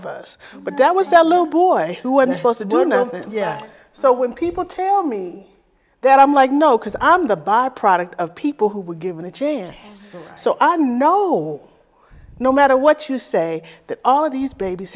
of us but that was a little boy who were supposed to do nothing yeah so when people tell me that i'm like no because i'm the byproduct of people who were given a chance so i know no matter what you say that all of these babies